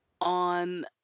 On